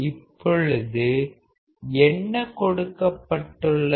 இப்பொழுது என்ன கொடுக்கப்பட்டுள்ளது